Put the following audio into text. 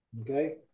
Okay